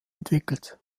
entwickelt